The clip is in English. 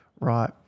right